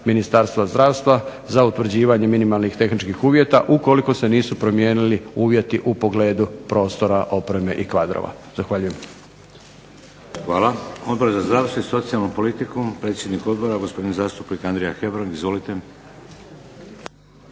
Ministarstva zdravstva za utvrđivanje minimalnih tehničkih uvjeta ukoliko se nisu promijenili uvjeti u pogledu prostora, opreme i kadrova. Zahvaljujem. **Šeks, Vladimir (HDZ)** Hvala. Odbor za zdravstvo i socijalnu politiku, predsjednik odbora, gospodin zastupnik Andrija Hebrang. Izvolite.